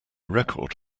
record